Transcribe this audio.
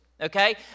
okay